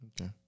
Okay